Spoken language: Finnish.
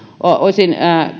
olisin